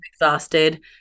exhausted